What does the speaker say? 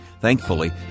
Thankfully